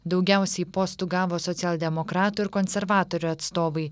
daugiausiai postų gavo socialdemokratų ir konservatorių atstovai